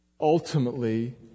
ultimately